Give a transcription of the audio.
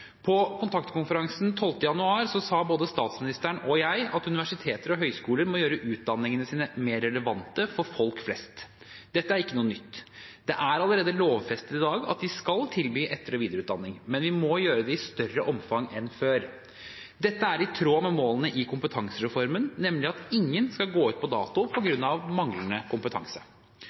På kontaktkonferansen 12. januar sa både statsministeren og jeg at universiteter og høyskoler må gjøre utdanningene sine mer relevante for folk flest. Dette er ikke noe nytt. Det er allerede lovfestet i dag at de skal tilby etter- og videreutdanning, men vi må gjøre det i større omfang enn før. Dette er i tråd med målene i kompetansereformen, nemlig at ingen skal gå ut på dato på grunn av manglende kompetanse.